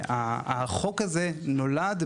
החוק הזה נולד,